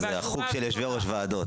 זה החוג של יושבי ראש ועדות,